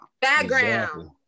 Background